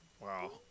wow